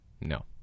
No